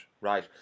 right